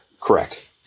Correct